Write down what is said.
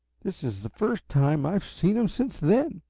this is the first time i've seen him since then.